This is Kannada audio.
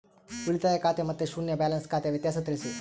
ಉಳಿತಾಯ ಖಾತೆ ಮತ್ತೆ ಶೂನ್ಯ ಬ್ಯಾಲೆನ್ಸ್ ಖಾತೆ ವ್ಯತ್ಯಾಸ ತಿಳಿಸಿ?